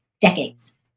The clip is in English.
decades